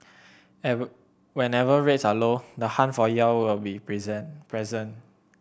and whenever rates are low the hunt for yield will be present present